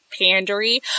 pandery